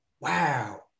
wow